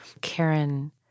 Karen